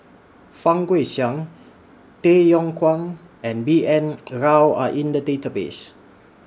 Fang Guixiang Tay Yong Kwang and B N Rao Are in The Database